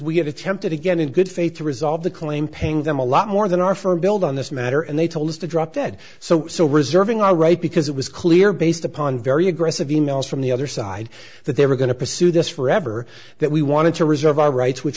have attempted again in good faith resolve the claim paying them a lot more than our firm build on this matter and they told us to drop dead so so reserving our right because it was clear based upon very aggressive e mails from the other side that they were going to pursue this forever that we wanted to reserve our rights which